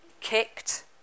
kicked